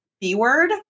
B-word